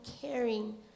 caring